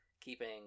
keeping